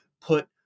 put